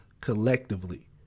collectively